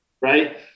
Right